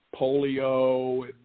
polio